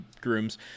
grooms